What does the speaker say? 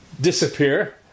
disappear